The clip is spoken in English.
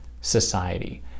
Society